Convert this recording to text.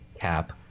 cap